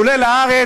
והוא עולה לארץ,